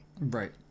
right